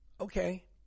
okay